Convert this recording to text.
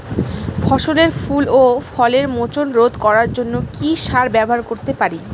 ফসলের ফুল ও ফলের মোচন রোধ করার জন্য কি সার ব্যবহার করতে পারি?